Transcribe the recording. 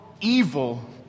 evil